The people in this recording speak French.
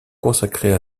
consacrer